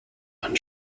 ein